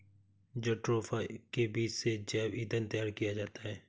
jatropha के बीज से जैव ईंधन तैयार किया जाता है